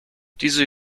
diese